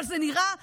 אבל זה נראה רע.